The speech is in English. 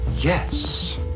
Yes